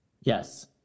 Yes